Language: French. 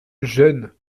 jeune